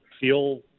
feel